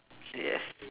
yes